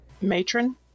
Matron